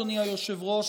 אדוני היושב-ראש,